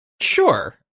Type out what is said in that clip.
Sure